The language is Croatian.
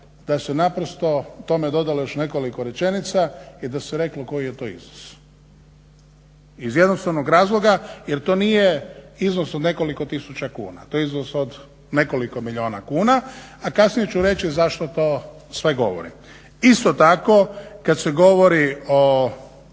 da se naprosto tome dodalo još nekoliko rečenica i da se reklo koji je to iznos. Iz jednostavnog razloga jer to nije iznos od nekoliko tisuća kuna, to je iznos od nekoliko milijuna kuna, a kasnije ću reći zašto to sve govorim. Isto tako kad se govori o